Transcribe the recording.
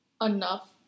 enough